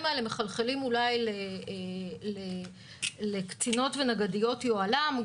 האלה מחלחלים אולי לקצינות ונגדיות יוהל"ם.